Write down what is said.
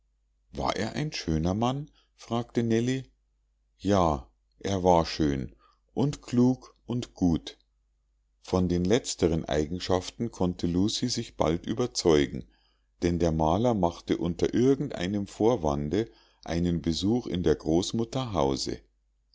war er ein schön mann fragte nellie ja er war schön und klug und gut von den letzteren eigenschaften konnte lucie sich bald überzeugen denn der maler machte unter irgend einem vorwande einen besuch in der großmutter